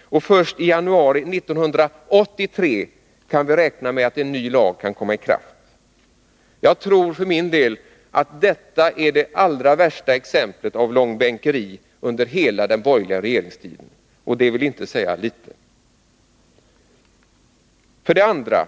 och först i januari 1983 kan vi räkna med att en ny lag kan träda i kraft. Jag tror för min del att detta är det allra värsta exemplet på långbänkeri under hela den borgerliga regeringstiden, och det vill inte säga litet! 2.